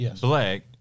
black